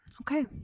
okay